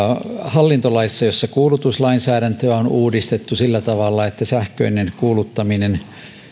hallintolaissa jossa kuulutuslainsäädäntöä on uudistettu sillä tavalla että sähköinen kuuluttaminen